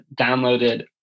downloaded